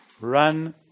run